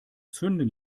zünden